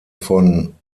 von